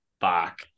back